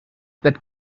that